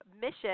mission